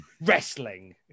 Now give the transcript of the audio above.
Wrestling